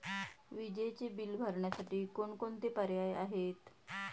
विजेचे बिल भरण्यासाठी कोणकोणते पर्याय आहेत?